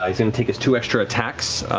i mean take his two extra attacks.